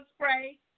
spray